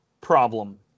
problem